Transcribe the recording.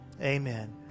Amen